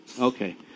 Okay